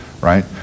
right